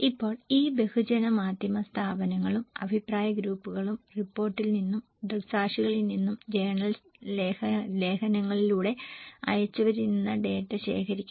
ഇപ്പോൾ ഈ ബഹുജന മാധ്യമ സ്ഥാപനങ്ങളും അഭിപ്രായ ഗ്രൂപ്പുകളും റിപ്പോർട്ടിൽ നിന്നും ദൃക്സാക്ഷികളിൽ നിന്നും ജേണൽ ലേഖനങ്ങളിലൂടെ അയച്ചവരിൽ നിന്ന് ഡാറ്റ ശേഖരിക്കുന്നു